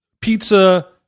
pizza